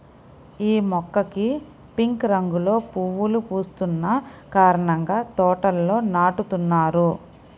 యీ మొక్కకి పింక్ రంగులో పువ్వులు పూస్తున్న కారణంగా తోటల్లో నాటుతున్నారు